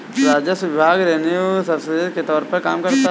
राजस्व विभाग revenue services के तौर पर काम करता है